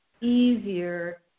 easier